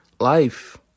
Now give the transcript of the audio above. Life